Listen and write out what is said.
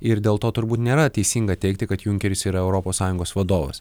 ir dėl to turbūt nėra teisinga teigti kad junkeris yra europos sąjungos vadovas